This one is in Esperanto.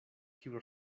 kiu